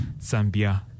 Zambia